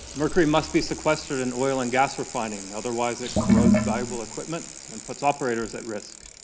mercury must be sequestered in oil and gas refining otherwise it corrodes valuable equipment and puts operators at risk.